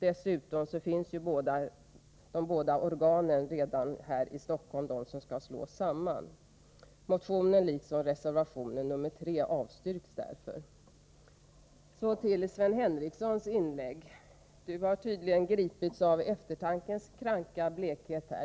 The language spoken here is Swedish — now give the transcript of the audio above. Dessutom finns ju de båda organ som skall slås samman redan här i Stockholm. Därför avstyrks motionskravet i fråga liksom också reservation nr 3. Så till Sven Henricssons inlägg. Sven Henricsson har tydligen gripits av eftertankens kranka blekhet.